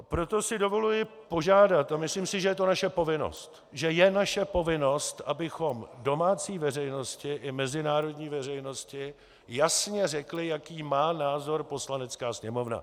Proto si dovoluji požádat a myslím si, že je to naše povinnost, že je naše povinnost, abychom domácí veřejnosti i mezinárodní veřejnosti jasně řekli, jaký má názor Poslanecká sněmovna.